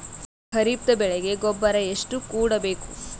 ಖರೀಪದ ಬೆಳೆಗೆ ಗೊಬ್ಬರ ಎಷ್ಟು ಕೂಡಬೇಕು?